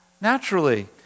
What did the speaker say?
naturally